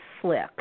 slick